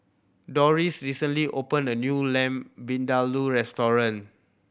Dorris recently opened a new Lamb Vindaloo restaurant